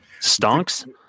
stonks